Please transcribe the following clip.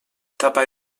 dabei